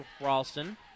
Ralston